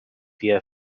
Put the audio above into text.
via